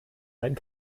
sein